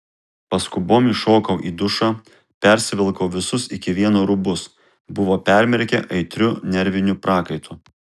paskubom įšokau į dušą persivilkau visus iki vieno rūbus buvo permirkę aitriu nerviniu prakaitu